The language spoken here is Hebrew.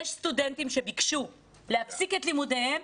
יש סטודנטים שביקשו להפסיק את לימודים,